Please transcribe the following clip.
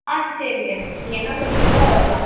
ஆ சரிங்க நீங்கள் என்ன சொல்லுறிங்களோ அதுதான்